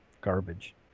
garbage